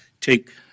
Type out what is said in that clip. take